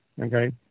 okay